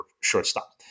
shortstop